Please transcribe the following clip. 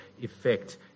effect